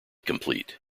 complete